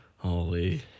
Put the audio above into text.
Holy